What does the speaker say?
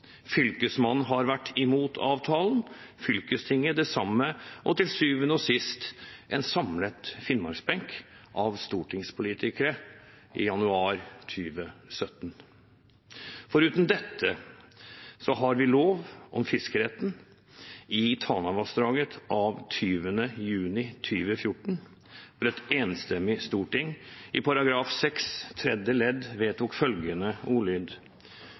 Fylkesmannen har vært imot avtalen, fylkestinget det samme, og til syvende og sist også en samlet Finnmarks-benk av stortingspolitikere i januar 2017. Foruten dette har vi Lov om fiskeretten i Tanavassdraget av 20. juni 2014, hvor et enstemmig storting i § 6 tredje ledd vedtok følgende ordlyd: